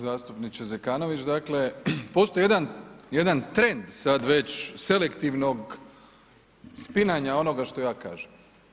Zastupniče Zekanović dakle postoji jedan, jedan trend sad već selektivnog spinanja onog što ja kažem.